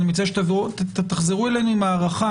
אני מציע שתחזרו אלינו עם הערכה.